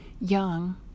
young